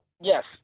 Yes